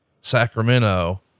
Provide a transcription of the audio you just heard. Sacramento